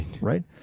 Right